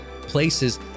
places